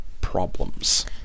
problems